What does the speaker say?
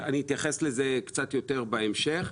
אני אתייחס לזה קצת יותר בהמשך.